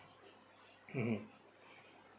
mmhmm